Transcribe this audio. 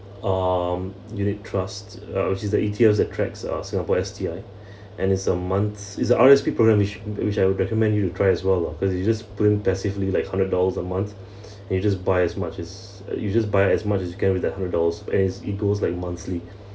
um unit trusts uh which is the E_T_Fs attracts uh singapore S_T_I and it's amongst it's a R_S_P product which which I would recommend you to try as well lah because you just put in passively like hundred dollars a month you just buy as much as uh you just buy as much as you can with the hundred dollars as it goes like monthly